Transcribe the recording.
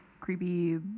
creepy